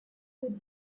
could